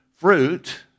fruit